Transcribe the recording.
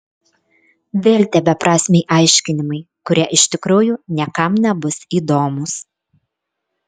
vėl tie beprasmiai aiškinimai kurie iš tikrųjų niekam nebus įdomūs